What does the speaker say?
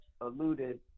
alluded